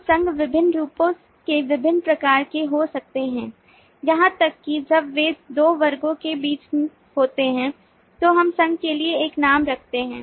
तो संघ विभिन्न रूपों के विभिन्न प्रकार के हो सकते हैं यहां तक कि जब वे दो वर्गों के बीच होते हैं तो हम संघ के लिए एक नाम रखते हैं